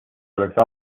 oleks